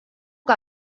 que